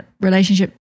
relationship